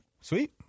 sweet